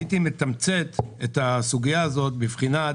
הייתי מתמצת את הסוגיה הזאת בבחינת